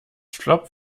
flop